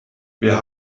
wir